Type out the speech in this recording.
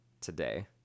today